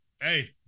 Hey